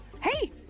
Hey